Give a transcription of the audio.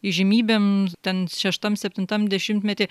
įžymybėm ten šeštam septintam dešimtmety